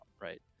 right